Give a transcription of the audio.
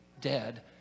dead